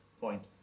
point